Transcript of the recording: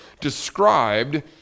described